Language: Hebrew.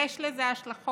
יש לזה השלכות?